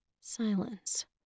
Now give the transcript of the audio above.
Silence